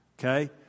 okay